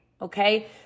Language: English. Okay